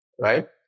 right